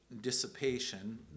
dissipation